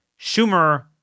Schumer